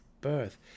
birth